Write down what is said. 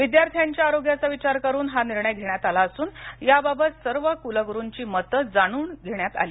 विद्यार्थ्यांच्या आरोग्याचा विचार करून हा निर्णय घेण्यात आला असून याबाबत सर्व क्रलग्रूंची मतं जाणून घेण्यात आली